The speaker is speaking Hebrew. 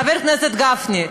חבר הכנסת גפני,